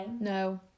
No